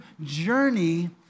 journey